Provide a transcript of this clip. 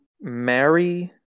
marry